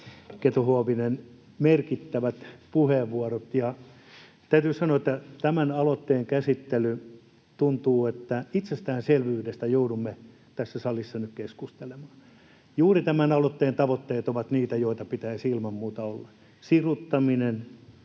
Keto-Huovinen merkittävät puheenvuorot. Täytyy sanoa, että tämän aloitteen käsittelyssä tuntuu, että itsestäänselvyydestä joudumme tässä salissa nyt keskustelemaan. Juuri tämän aloitteen tavoitteet ovat niitä, joita pitäisi ilman muuta olla: siruttaminen